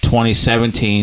2017